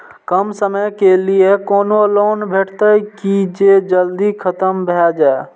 कम समय के लीये कोनो लोन भेटतै की जे जल्दी खत्म भे जे?